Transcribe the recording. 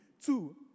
Two